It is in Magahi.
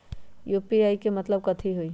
यू.पी.आई के मतलब कथी होई?